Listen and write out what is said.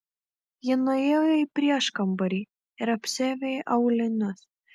ji nuėjo į prieškambarį ir apsiavė aulinius